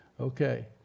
Okay